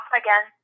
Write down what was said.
again